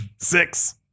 six